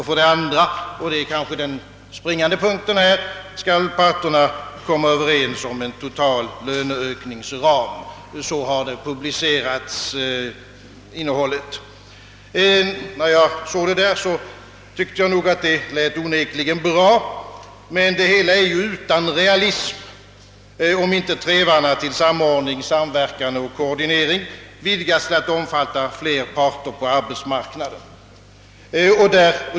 För det andra — det är kanske den springande punkten — skall parterna komma överens om en total löneökningsram. Så har innehållet publicerats. När jag såg denna uppgift tyckte jag att det nog lät bra, men det hela är utan realism, om inte trevarna till samordning, samverkan och koordinering vidgas till att omfatta fler parter på arbetsmarknaden.